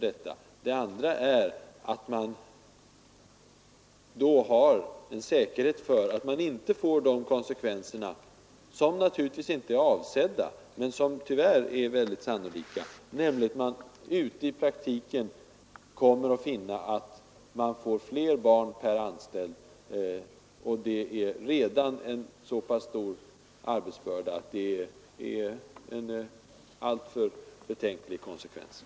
Det andra är att man då har ett skydd mot de konsekvenser som naturligtvis inte är avsedda, men tyvärr mycket sannolika, nämligen att man i praktiken kommer att få flera barn per anställd. Arbetsbördan är redan nu så stor att detta blir en alltför betänklig utveckling.